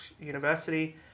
University